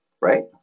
Right